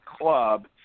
club